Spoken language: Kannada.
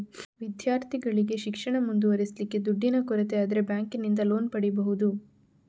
ವಿದ್ಯಾರ್ಥಿಗಳಿಗೆ ಶಿಕ್ಷಣ ಮುಂದುವರಿಸ್ಲಿಕ್ಕೆ ದುಡ್ಡಿನ ಕೊರತೆ ಆದ್ರೆ ಬ್ಯಾಂಕಿನಿಂದ ಲೋನ್ ಪಡೀಬಹುದು